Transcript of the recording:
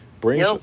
Bring